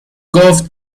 گفت